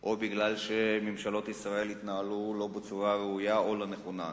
או כי ממשלות ישראל התנהלו בצורה לא ראויה או לא נכונה.